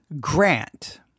Grant